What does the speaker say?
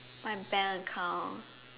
my bank account